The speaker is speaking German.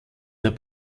der